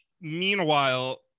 Meanwhile